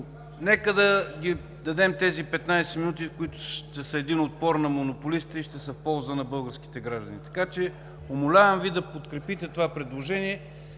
нека да дадем тези 15 минути, които ще са един отпор на монополистите и ще са в полза на българските граждани. Умолявам Ви да подкрепите това предложение